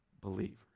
believers